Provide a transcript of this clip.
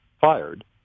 fired